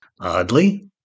Oddly